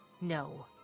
No